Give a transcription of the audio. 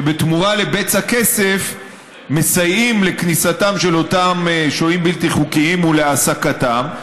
שבתמורה לבצע כסף מסייעים לכניסתם של אותם שוהים בלתי חוקיים ולהעסקתם,